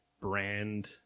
brand